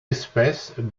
espèce